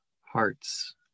hearts